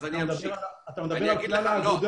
אז אני אמשיך --- אתה מדבר על כלל האגודה.